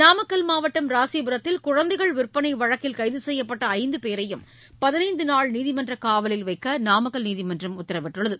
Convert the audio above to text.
நாமக்கல் மாவட்டம் ராசிபுரத்தில் குழந்தைகள் விற்பனை வழக்கில் கைது செய்யப்பட்ட ஐந்து பேரையும் பதினைந்துநாள் நீதிமன்றக் காவலில் வைக்க நாமக்கல் நீதிமன்றம் உத்தரவிட்டுள்ளது